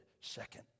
second